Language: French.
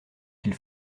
qu’il